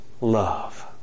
love